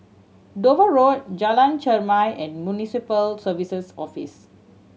Dover Road Jalan Chermai and Municipal Services Office